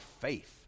faith